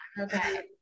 okay